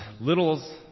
littles